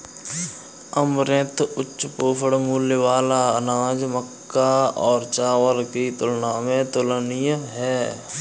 amaranth उच्च पोषण मूल्य वाला अनाज मक्का और चावल की तुलना में तुलनीय है